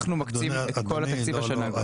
אנחנו מקצים את כל התקציב השנה.